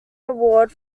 award